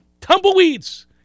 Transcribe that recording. Tumbleweeds